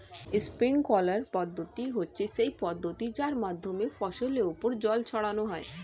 sprinkler পদ্ধতি হচ্ছে সেই পদ্ধতি যার মাধ্যমে ফসলের ওপর জল ছড়ানো হয়